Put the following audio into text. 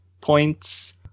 points